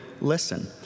listen